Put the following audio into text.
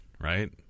right